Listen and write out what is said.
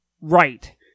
right